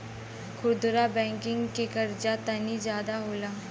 खुदरा बैंकिंग के कर्जा तनी जादा होला